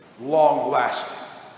long-lasting